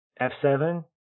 f7